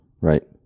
right